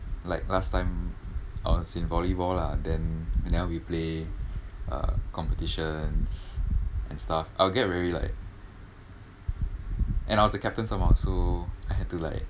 like last time I was in volleyball lah then whenever we play uh competitions and stuff I'll get very like and I was the captain somemore so I had to like